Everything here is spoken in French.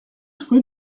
rue